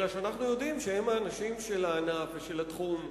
אלא אנחנו יודעים שהם האנשים של הענף ושל התחום,